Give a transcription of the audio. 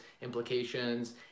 implications